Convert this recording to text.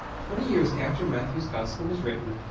twenty years after matthew's gospel was written,